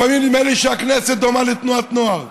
לפעמים נדמה לי שהכנסת דומה לתנועת נוער,